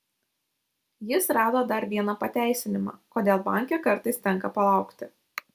jis rado dar vieną pateisinimą kodėl banke kartais tenka palaukti